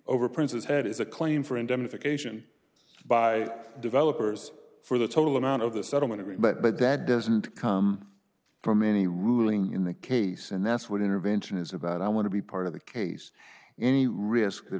over prince's head is a claim for indemnification by developers for the total amount of the settlement agreement but that doesn't come from any ruling in the case and that's what intervention is about i want to be part of the case any risk th